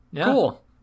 Cool